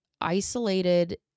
isolated